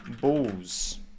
balls